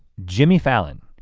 jimmy fallon.